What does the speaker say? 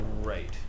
Right